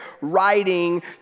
writing